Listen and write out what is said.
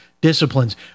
disciplines